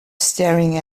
staring